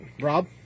Rob